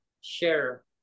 share